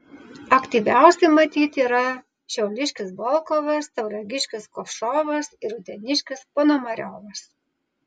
aktyviausi matyt yra šiauliškis volkovas tauragiškis kovšovas ir uteniškis ponomariovas